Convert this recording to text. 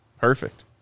Perfect